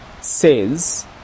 says